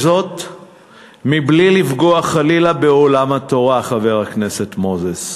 זאת בלי לפגוע חלילה בעולם התורה, חבר הכנסת מוזס.